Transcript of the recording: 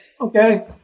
okay